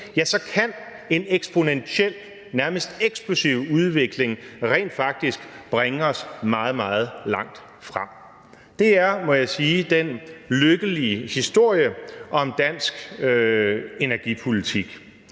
ja, så kan en eksponentiel, nærmest eksplosiv, udvikling rent faktisk bringe os meget, meget langt frem. Det er, må jeg sige, den lykkelige historie om dansk energipolitik.